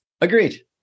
Agreed